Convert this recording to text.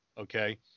Okay